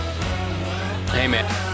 Amen